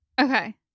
Okay